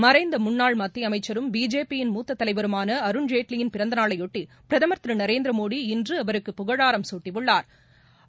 மறைந்த முன்னாள் மத்திய அமைச்சரும் பிஜேபி யின் மூத்த தலைவருமான அருண்ஜேட்லியின் பிறந்த நாளையொட்டி பிரதமா் திரு நரேந்திமோடி இன்று அவருக்கு புகழாரம் சூட்டியுள்ளாா்